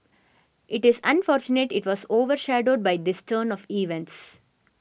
it is unfortunate it was over shadowed by this turn of events